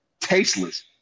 tasteless